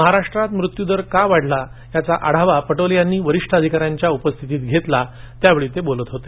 महाराष्ट्रात मृत्यू दर का वाढला याचा आढावा पटोले यांनी वरिष्ठ अधिकाऱ्यांच्या उपस्थितीत घेतला त्यावेळी ते बोलत होते